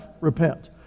repent